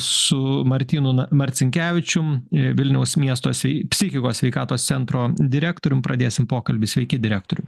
su martynu na marcinkevičium vilniaus miesto se psichikos sveikatos centro direktorium pradėsim pokalbį sveiki direktoriau